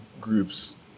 groups